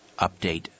update